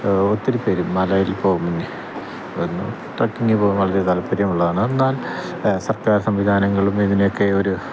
ഒത്തിരിപേര് മലയിൽ പോകുന്ന ട്രക്കിങ്ങിന് പോകുവാൻ വളരെ താൽപ്പര്യമുള്ളതാണ് എന്നാൽ സർക്കാർ സംവിധാനങ്ങളും ഇതിനെയൊക്കെയൊരു